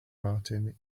martin